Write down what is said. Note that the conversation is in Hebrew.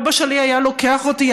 אבא שלי היה לוקח אותי,